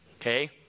okay